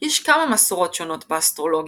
יש כמה מסורות שונות באסטרולוגיה.